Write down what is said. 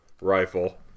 rifle